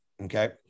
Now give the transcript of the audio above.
okay